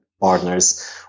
partners